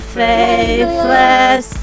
faithless